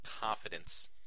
confidence